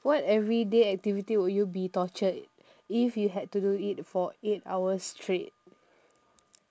what everyday activity would you be tortured if you had to do it for eight hours straight